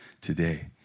today